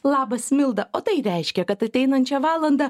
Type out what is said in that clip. labas milda o tai reiškia kad ateinančią valandą